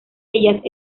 ellas